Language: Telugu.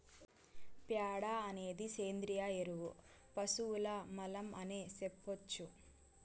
ప్యాడ అనేది సేంద్రియ ఎరువు పశువుల మలం అనే సెప్పొచ్చు